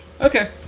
Okay